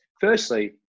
Firstly